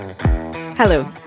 Hello